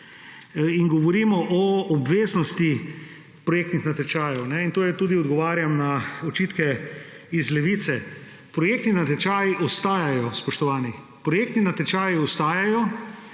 je, govorimo o obveznosti projektnih natečajev. Odgovarjam na očitke iz Levice. Projekti in natečaji ostajajo, spoštovani. Projekti in natečaji ostajajo